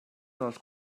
dels